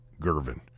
Gervin